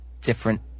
different